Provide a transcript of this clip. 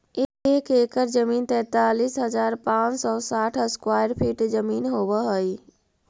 एक एकड़ जमीन तैंतालीस हजार पांच सौ साठ स्क्वायर फीट जमीन होव हई